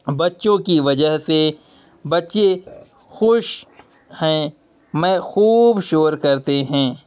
بچو کی وجہ سے بچے خوش ہیں میں خوب شور کرتے ہیں